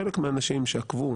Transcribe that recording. חלק מהאנשים שעקבו,